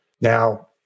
Now